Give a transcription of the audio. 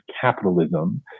capitalism